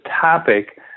topic